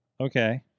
okay